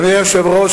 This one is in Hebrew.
אדוני היושב-ראש,